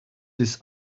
this